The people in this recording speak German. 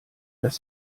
dass